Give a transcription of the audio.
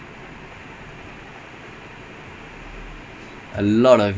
நிறையா குடுத்திர்காங்க:neraiya kuduthurkanga interjections like !aiyo! ai